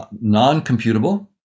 non-computable